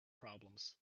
problems